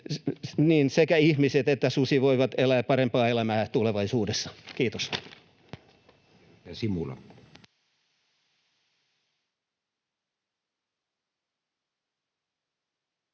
sekä ihmiset että susi voivat elää parempaa elämää tulevaisuudessa. — Kiitos.